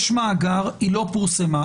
יש מאגר אך היא לא פורסמה.